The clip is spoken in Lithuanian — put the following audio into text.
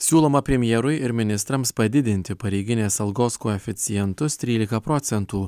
siūloma premjerui ir ministrams padidinti pareiginės algos koeficientus trylika procentų